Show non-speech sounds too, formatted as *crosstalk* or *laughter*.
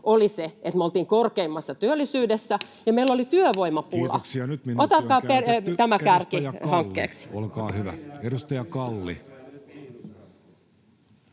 oli se, että me oltiin korkeimmassa työllisyydessä ja meillä oli työvoimapula. *noise* Ottakaa tämä kärkihankkeeksi. [Speech 76] Speaker: Jussi